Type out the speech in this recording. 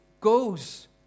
goes